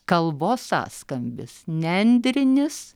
kalbos sąskambis nendrinis